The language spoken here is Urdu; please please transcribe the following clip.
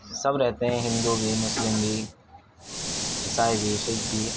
سب رہتے ہیں ہندو بھی مسلم بھی عیسائی بھی سکھ بھی